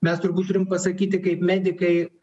mes turbūt turim pasakyti kaip medikai